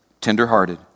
tenderhearted